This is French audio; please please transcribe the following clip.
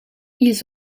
ils